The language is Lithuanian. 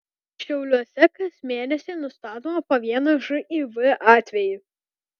šiauliuose kas mėnesį nustatoma po vieną živ atvejį